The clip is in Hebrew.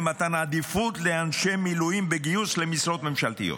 מתן עדיפות לאנשי מילואים בגיוס למשרות ממשלתיות.